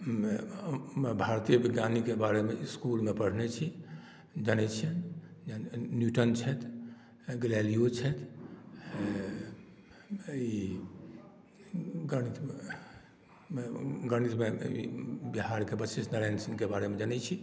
भारतीय वैज्ञानिकके बारेमे इसकुलमे पढ़ने छी जानै छियनि न्यूटन छथि गैलिलियो छथि ई गणित मे गणित मे बिहारके वशिष्ट नारायण सिंहके बारेमे जनै छी